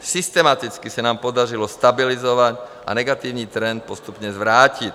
Systematicky se nám jej podařilo stabilizovat a negativní trend postupně zvrátit.